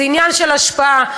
זה עניין של השפעה,